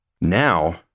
Now